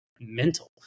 mental